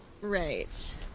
right